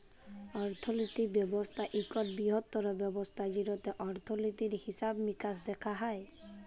অর্থলিতি ব্যবস্থা ইকট বিরহত্তম ব্যবস্থা যেটতে অর্থলিতি, হিসাব মিকাস দ্যাখা হয়